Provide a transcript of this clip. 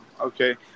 Okay